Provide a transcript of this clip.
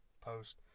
post